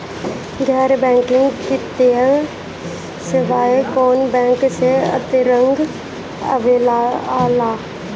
गैर बैंकिंग वित्तीय सेवाएं कोने बैंक के अन्तरगत आवेअला?